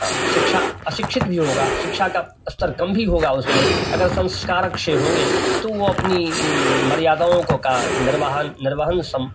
हाँ शिक्षा अशिक्षित भी होगा शिक्षा का स्तर कम भी होगा उसमें अगर संस्कार अच्छे होंगे तो वह अपनी मर्यादाओं को का निर्वाहन निर्वहन सम